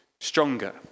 stronger